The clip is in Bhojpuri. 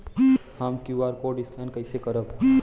हम क्यू.आर कोड स्कैन कइसे करब?